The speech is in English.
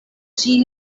see